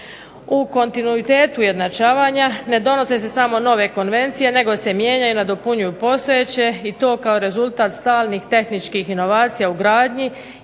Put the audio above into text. U kontinuitetu ujednačavanja ne donose se samo nove konvencije nego se mijenjaju, nadopunjuju postojeće i to kao rezultat stalnih, tehničkih inovacija u gradnji